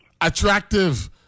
attractive